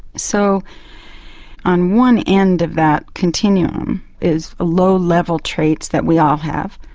so on one end of that continuum is low level traits that we all have,